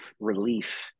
relief